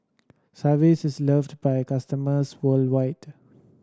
Sigvaris is loved by customers worldwide